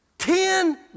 Ten